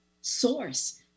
source